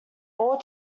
all